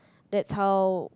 that's how